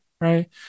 right